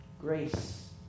Grace